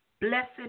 Blessed